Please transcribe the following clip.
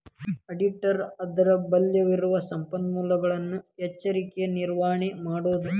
ಆಡಿಟರ ಅಂದ್ರಲಭ್ಯವಿರುವ ಸಂಪನ್ಮೂಲಗಳ ಎಚ್ಚರಿಕೆಯ ನಿರ್ವಹಣೆ ಮಾಡೊದು